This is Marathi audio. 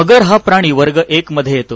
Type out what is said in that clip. मगर हा प्राणी वर्ग एक मध्ये येतो